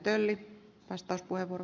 arvoisa puhemies